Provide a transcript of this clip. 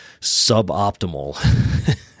suboptimal